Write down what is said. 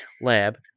lab